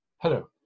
Hello